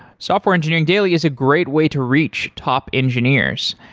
software engineering daily is a great way to reach top engineers.